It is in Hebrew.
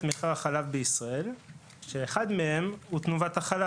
מחיר החלב בישראל שאחד מהם הוא תנובת החלב.